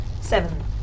Seven